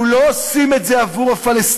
אנחנו לא עושים את זה עבור הפלסטינים.